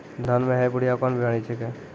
धान म है बुढ़िया कोन बिमारी छेकै?